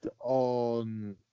on